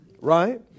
right